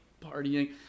partying